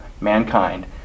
mankind